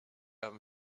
haben